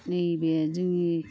नैबे जोंनि